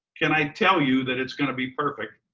can i tell you that it's gonna be perfect?